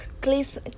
Please